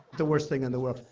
the worst thing in the world.